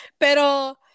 Pero